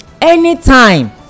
anytime